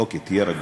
אוקיי, תהיה רגוע,